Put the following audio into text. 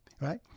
right